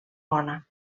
bona